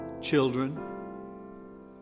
Children